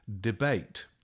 debate